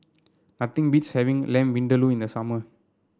nothing beats having Lamb Vindaloo in the summer